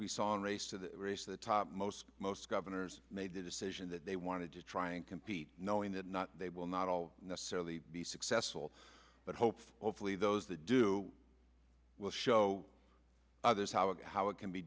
we saw in race to the race the top most most governors made the decision that they wanted to try and compete knowing that not they will not all necessarily be successful but hopefully those that do will show others how it how it can be